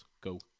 Go